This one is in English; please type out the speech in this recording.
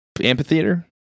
amphitheater